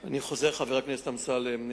אני חוזר, חבר הכנסת אמסלם.